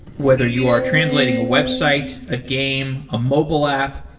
whether you are translating a website, a game, a mobile app,